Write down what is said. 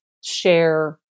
share